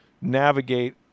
navigate